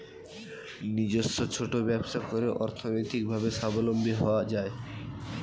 নিজস্ব ছোট ব্যবসা করে অর্থনৈতিকভাবে স্বাবলম্বী হওয়া যায়